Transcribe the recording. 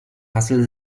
hassel